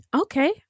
Okay